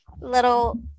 little